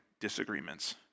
disagreements